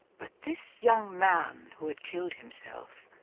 but this young man who had killed himself,